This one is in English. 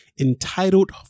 entitled